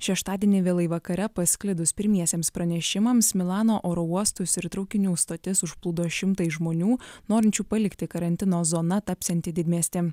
šeštadienį vėlai vakare pasklidus pirmiesiems pranešimams milano oro uostus ir traukinių stotis užplūdo šimtai žmonių norinčių palikti karantino zona tapsiantį didmiestį